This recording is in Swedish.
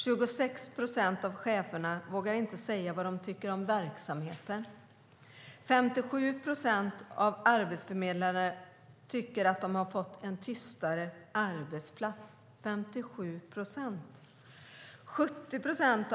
Av cheferna vågar 26 procent inte säga vad de tycker om verksamheten, och 57 procent av arbetsförmedlarna tycker att de har fått en tystare arbetsplats - 57 procent!